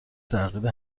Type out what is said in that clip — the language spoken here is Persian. تحقیر